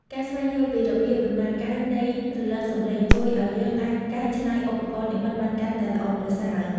ការស្វែងយល់ពីរបៀបដំណើរការនៃរលកសំឡេងជួយឱ្យយើងអាចកែច្នៃឧបករណ៍និម្មិតបានកាន់តែល្អប្រសើរ។